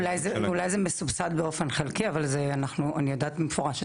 אולי זה מסובסד באופן חלקי אבל אני יודעת במפורש,